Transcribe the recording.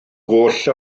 goll